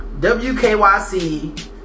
WKYC